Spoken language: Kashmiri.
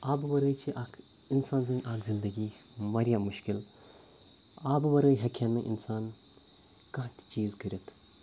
آبہٕ وَرٲے چھِ اَکھ اِنسان سٕنٛز اَکھ زندگی واریاہ مشکل آبہٕ وَرٲے ہیٚکہِ ہا نہٕ اِنسان کانٛہہ تہِ چیٖز کٔرِتھ